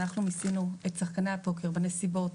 אנחנו מסינו את שחקני הפוקר בנסיבות,